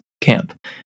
camp